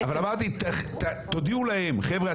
אבל אמרתי תודיעו להם חבר'ה,